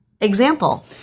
example